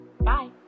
Bye